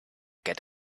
get